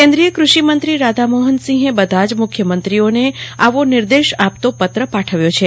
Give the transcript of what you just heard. કેન્દ્રીય ક્રષિમંત્રી રાધામોહનસિંહે બધા જ મૂખ્યમંત્રીઓને આવો નિર્દેશ આપતો પત્ર પાઠવ્યો છે